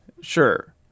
Sure